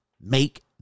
make